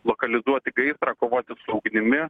lokalizuoti gaisrą kovoti su ugnimi